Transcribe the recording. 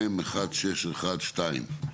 מ/1612.